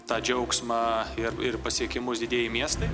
tą džiaugsmą ir ir pasiekimus didieji miestai